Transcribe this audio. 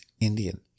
Indian